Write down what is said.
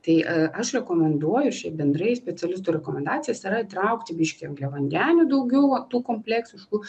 tai aš rekomenduoju šiaip bendrai specialistų rekomendacijas yra įtraukti biškį angliavandenių daugiau va tų kompleksiškų